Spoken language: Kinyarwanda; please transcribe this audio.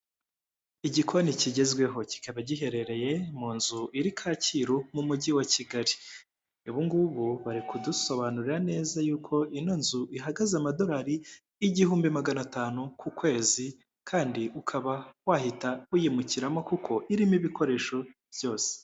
Igikoni kigezweho, kikaba giherereye mu nzu iri kacyiru mu mujyi wa Kigali. Ubu ngubu bari kudusobanurira neza yuko ino nzu ihagaze amadolari igihumbi magana atanu ku kwezi, kandi ukaba wahita uyimukiramo kuko irimo ibikoresho byose.